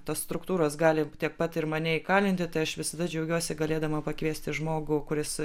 tos struktūros gali tiek pat ir mane įkalinti tai aš visada džiaugiuosi galėdama pakviesti žmogų kuris